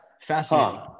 fascinating